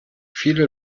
viele